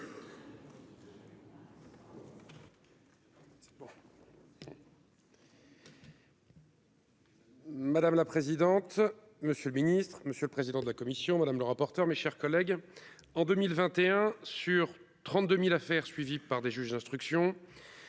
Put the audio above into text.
Madame la présidente, monsieur le Ministre, monsieur le président de la commission madame le rapporteur, mes chers collègues, en 2021 sur 32000 affaires suivies par des juges d'instruction